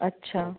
अच्छा